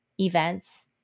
events